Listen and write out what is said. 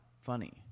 funny